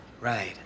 Right